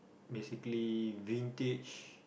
basically vintage